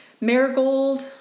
marigold